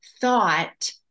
thought